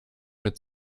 mit